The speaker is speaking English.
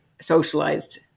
socialized